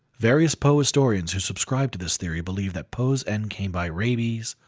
various poe historians who subscribe to this theory, believe that poe's end came by rabies,